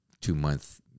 two-month